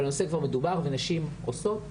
אבל הנושא כבר מדובר ונשים עושות.